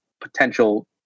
potential